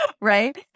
Right